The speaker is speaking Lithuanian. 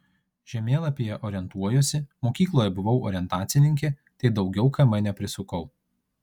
žemėlapyje orientuojuosi mokykloje buvau orientacininkė tai daugiau km neprisukau